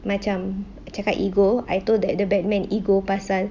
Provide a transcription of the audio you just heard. macam cakap ego I told that the batman ego pasal